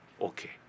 okay